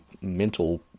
mental